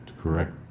correct